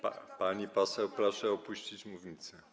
Pani poseł, proszę opuścić mównicę.